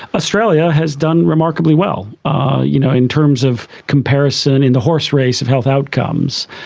australia has done remarkably well ah you know in terms of comparison in the horserace of health outcomes.